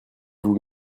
vous